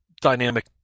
dynamic